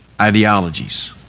ideologies